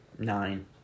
nine